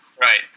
right